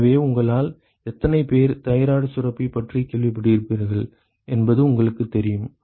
எனவே உங்களில் எத்தனை பேர் தைராய்டு சுரப்பி பற்றி கேள்விப்பட்டிருப்பீர்கள் என்பது உங்களுக்குத் தெரியும்